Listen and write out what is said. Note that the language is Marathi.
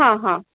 हां हां